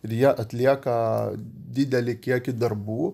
ir jie atlieka didelį kiekį darbų